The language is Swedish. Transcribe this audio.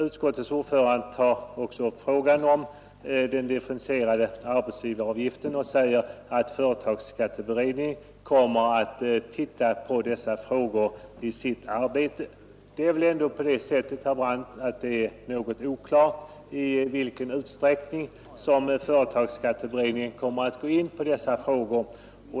Utskottets ordförande tar också upp frågan om den differentierade arbetsgivaravgiften och säger att företagsskatteberedningen kommer att titta på dessa frågor i sitt arbete. Det är väl ändå på det sättet, herr Brandt, att det är något oklart i vilken utsträckning som företagsskatteberedningen kommer att gå in på dessa frågor.